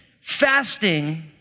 fasting